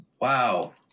Wow